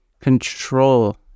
control